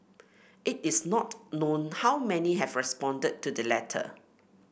it is not known how many have responded to the letter